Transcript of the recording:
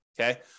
Okay